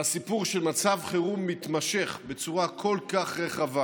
והסיפור שמצב חירום מתמשך בצורה כל כך רחבה